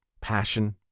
passion